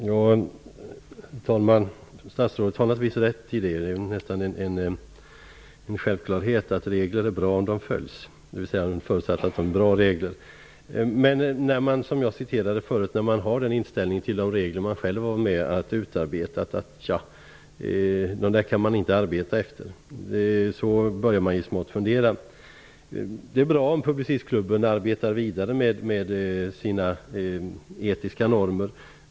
Herr talman! Statsrådet har naturligtivs rätt. Det är nästan en självklarhet att regler är bra om de följs, förutsatt att det är bra regler. När man har den inställningen till de regler som man själv har varit med och utarbetat att man säger att man inte kan arbeta efter dem börjar jag så smått fundera. Det är bra om Publicistklubben arbetar vidare med sina etiska normer.